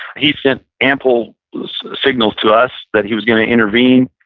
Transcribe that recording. he sent ample signals to us that he was going to intervene.